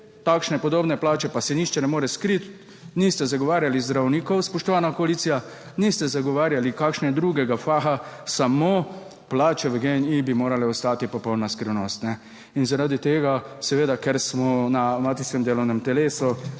takšne podobne plače, pa se nihče ne more skriti. Niste zagovarjali zdravnikov, spoštovana koalicija, niste zagovarjali kakšnega drugega faha, samo plače v GEN-I bi morale ostati popolna skrivnost. In zaradi tega seveda, ker smo na matičnem delovnem telesu